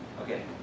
Okay